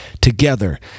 together